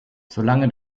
solange